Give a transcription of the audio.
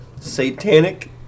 Satanic